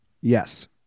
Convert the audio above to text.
Yes